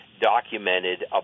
documented